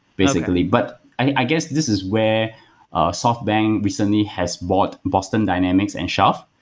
basically. but i guess this is where softbank recently has bought boston dynamics and schaft,